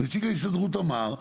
נציג ההסתדרות אמר,